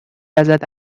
ازت